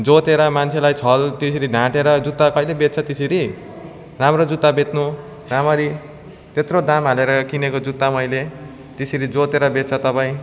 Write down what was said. जोतेर मान्छेलाई छल त्यसरी ढाँटेर जुत्ता कहिँले बेच्छ त्यसरी राम्रो जुत्ता बेत्नु राम्ररी त्यत्रो दाम हालेर किनेको जुत्ता मैले त्यसरी जोतेर बेच्छ तपाईँ